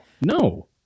no